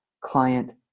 client